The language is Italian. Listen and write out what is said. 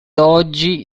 oggi